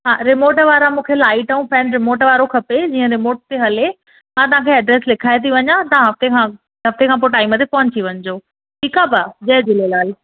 हा रिमोट वारा मूंखे लाइट ऐं फैन रिमोट वारो खपे जीअं रिमोट ते हले मां तव्हां खे ऐड्रेस लिखाए थी वञा तव्हां हफ़्ते खां अॻु हफ़्ते खां पोइ टाइम ते पहुची वञिजो ठीकु आहे भाउ जय झूलेलाल